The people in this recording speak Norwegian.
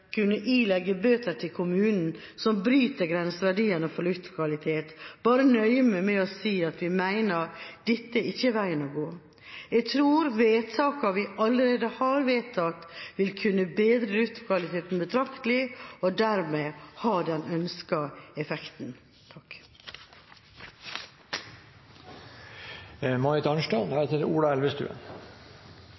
kunne ilegge bøter til kommunene som bryter grenseverdiene for luftkvalitet, bare nøye meg med å si at vi mener dette ikke er veien å gå. Jeg tror vedtakene vi allerede har gjort, vil kunne bedre luftkvaliteten betraktelig og dermed ha den ønskede effekten.